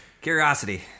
Curiosity